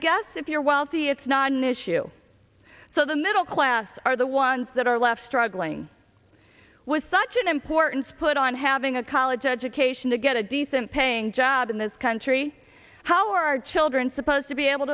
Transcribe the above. guess if you're wealthy it's not an issue so the middle class are the ones that are left struggling with such an importance put on having a college education to get a decent paying job in this country how are our children supposed to be able